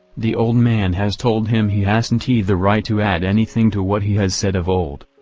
the old man has told him he hasn t the right to add anything to what he has said of old.